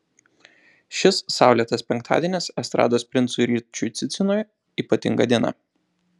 šis saulėtas penktadienis estrados princui ryčiui cicinui ypatinga diena